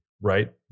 right